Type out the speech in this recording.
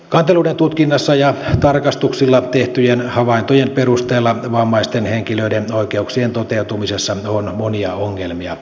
kanteluiden tutkinnassa ja tarkastuksilla tehtyjen havaintojen perusteella vammaisten henkilöiden oikeuksien toteutumisessa on monia ongelmia